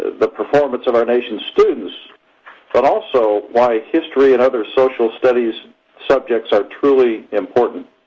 the performance of our nation's students but also why history and other social studies subjects are truly important.